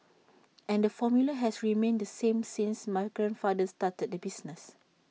and the formula has remained the same since my grandfather started the business